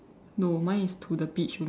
no mine is to the beach only